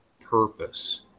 purpose